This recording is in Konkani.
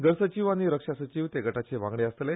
घर सचीव आनी रक्षा सचीव ते गटाचे वांगडी आसतले